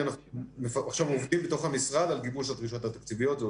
עכשיו עובדים במשרד על גיבוש הדרישות התקציביות.